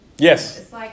Yes